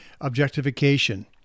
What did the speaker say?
objectification